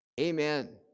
Amen